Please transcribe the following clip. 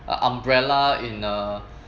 a umbrella in a